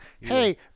hey